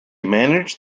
managed